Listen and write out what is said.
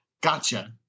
gotcha